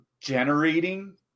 generating